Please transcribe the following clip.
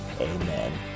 Amen